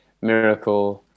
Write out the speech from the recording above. Miracle